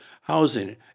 housing